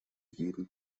jeden